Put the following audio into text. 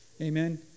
Amen